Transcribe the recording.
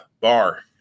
bar